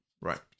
right